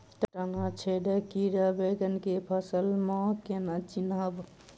तना छेदक कीड़ा बैंगन केँ फसल म केना चिनहब?